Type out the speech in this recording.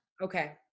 Okay